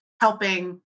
helping